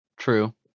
true